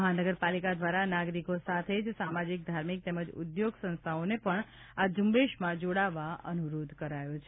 મહાનગરપાલિકા દ્વારા નાગરિકો સાથે જ સામાજિક ધાર્મિક તેમજ ઉદ્યોગ સંસ્થાઓને પણ આ ઝુંબેશમાં જોડાવવા અનુરોધ કરાયો છે